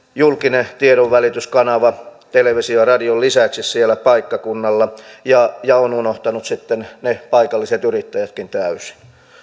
julkinen tiedonvälityskanava television ja radion lisäksi siellä paikkakunnalla ja ja on unohtanut sitten ne paikalliset yrittäjätkin täysin